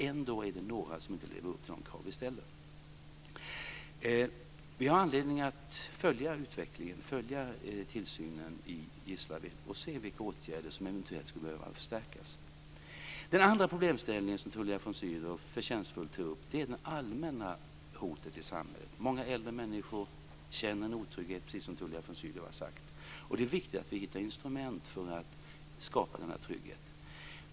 Ändå är det några som inte lever upp till de krav som ställs. Vi har anledningen och följa utredningen angående Gislaved och se vilka åtgärder som eventuellt skulle behöva förstärkas. Den andra problemställningen som Tullia von Sydow förtjänstfullt tog upp är det allmänna hotet i samhället. Många äldre människor känner en otrygghet, precis som Tullia von Sydow har sagt. Det är viktigt att vi hittar instrument för att kunna skapa trygghet.